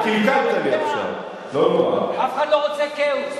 אף אחד לא רוצה כאוס,